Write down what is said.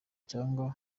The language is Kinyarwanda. cyangwa